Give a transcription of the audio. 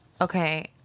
okay